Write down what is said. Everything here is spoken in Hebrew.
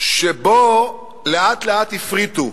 לאט-לאט הפריטו: